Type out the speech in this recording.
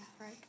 right